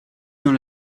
dans